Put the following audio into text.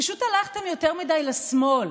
פשוט הלכתן יותר מדי לשמאל.